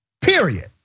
period